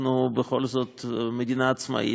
אנחנו בכל זאת מדינה עצמאית,